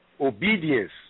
Obedience